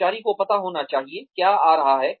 कर्मचारी को पता होना चाहिए क्या आ रहा है